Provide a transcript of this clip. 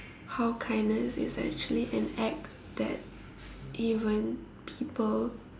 how kindness is actually an act that even people